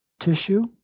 tissue